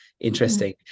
Interesting